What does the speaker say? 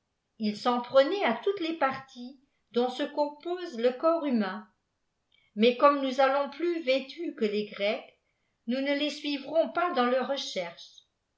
ils s'en prenaient à toutes les prties dont se compose le corps humain mais comme nous allons plus vêtus que les grecs nous ne les suivrons pas dans leurs recherches